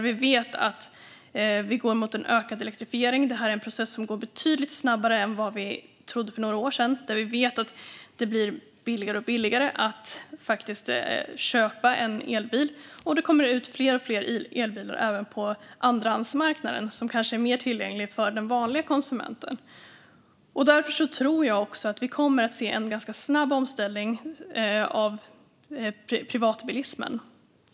Vi vet att vi går mot en ökad elektrifiering. Det är en process som går betydligt snabbare än vad vi trodde för några år sedan. Vi vet att det blir allt billigare att köpa en elbil, och det kommer ut allt fler elbilar även på andrahandsmarknaden, som kanske är mer tillgänglig för den vanliga konsumenten. Därför tror jag att vi kommer att se en ganska snabb omställning av privatbilismen.